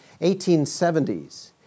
1870s